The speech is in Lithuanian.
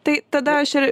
tai tada aš ir